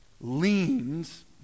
leans